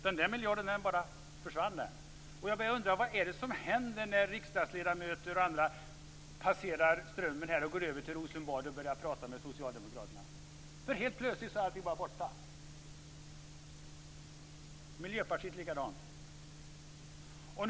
Den miljarden bara försvann. Vad är det som händer när riksdagsledamöter passerar Strömmen och går över till Rosenbad och börjar prata med socialdemokraterna? Helt plötsligt är allt bara borta. Samma sak gäller Miljöpartiet.